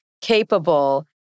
capable